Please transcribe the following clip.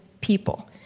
people